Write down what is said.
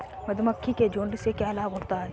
मधुमक्खी के झुंड से क्या लाभ होता है?